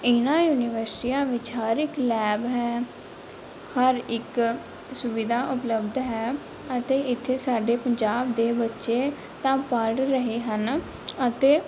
ਇਹਨਾਂ ਯੂਨੀਵਰਸਿਟੀਆਂ ਵਿੱਚ ਹਰ ਇੱਕ ਲੈਬ ਹੈ ਹਰ ਇੱਕ ਸੁਵਿਧਾ ਉਪਲਬਧ ਹੈ ਅਤੇ ਇੱਥੇ ਸਾਡੇ ਪੰਜਾਬ ਦੇ ਬੱਚੇ ਤਾਂ ਪੜ੍ਹ ਰਹੇ ਹਨ ਅਤੇ